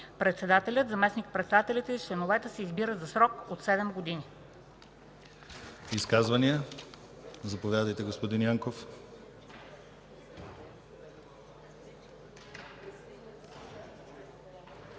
Председателят, заместник-председателите и членовете се избират за срок от 7 години.”